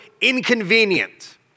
inconvenient